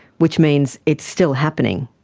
which means it's still happening.